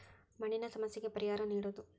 ಮಣ್ಣಿನ ಸಮಸ್ಯೆಗೆ ಪರಿಹಾರಾ ನೇಡುದು